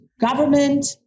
government